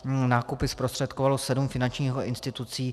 Nákupy zprostředkovalo sedm finančních institucí.